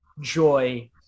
joy